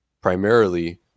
primarily